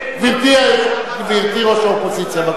גברתי ראש האופוזיציה, בבקשה.